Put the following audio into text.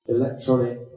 electronic